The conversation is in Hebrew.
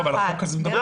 לא.